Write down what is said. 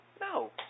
no